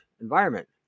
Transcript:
environment